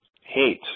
hate